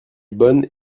bonnes